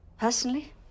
Personally